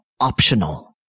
optional